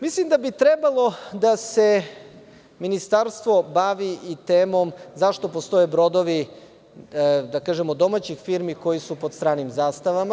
Mislim da bi trebalo da se Ministarstvo bavi i temom, zašto postoje brodovi domaćih firmi koji su pod stranim zastavama.